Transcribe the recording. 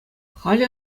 халӗ